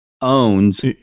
owns